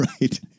Right